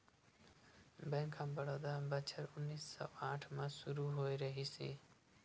bank of Baroda ह बछर उन्नीस सौ आठ म सुरू होए रिहिस हे